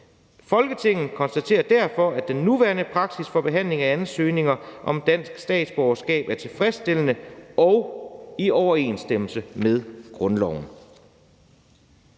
Folketinget konstaterer derfor, at den nuværende praksis for behandling af ansøgninger om dansk statsborgerskab er tilfredsstillende og i overensstemmelse med grundloven.«